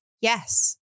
Yes